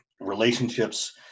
relationships